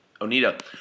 Onita